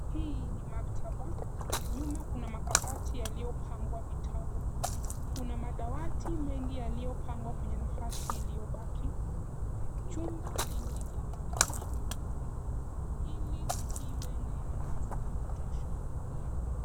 Hii ni maktaba. Nyuma kuna makabati yaliyopangwa vitabu. Kuna madawati mengi yaliyopangwa kwenye nafasi iliyobaki. Chumba hiki kina madirisha makubwa ili kiwe na mwangaza wa kutosha.